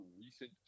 recent